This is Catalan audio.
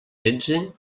setze